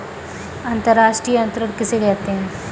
अंतर्राष्ट्रीय अंतरण किसे कहते हैं?